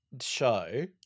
show